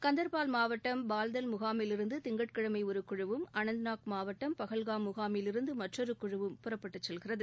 கந்தர்பால் மாவட்டம் பால்தல் முகாமில் இருந்து திங்கட்கிழமை ஒரு குழுவும் அனந்த்நாக் மாவட்டம் பகல்ஹாம் முகாமில் இருந்து மற்றொரு குழுவும் புறப்பட்டு செல்கிறது